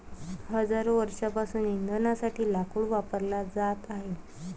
हजारो वर्षांपासून इंधनासाठी लाकूड वापरला जात आहे